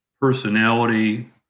personality